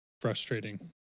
Frustrating